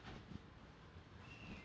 okay right so